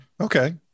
okay